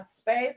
space